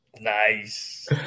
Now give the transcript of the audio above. nice